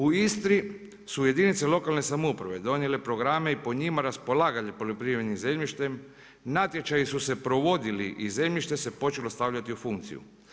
U Istri su jedinice lokalne samouprave donijele programe i po njima raspolagale poljoprivrednim zemljištem, natječaji su se provodili i zemljište se počelo stavljati u funkciju.